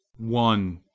one.